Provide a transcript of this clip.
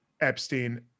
Epstein